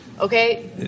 Okay